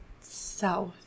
south